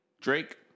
Drake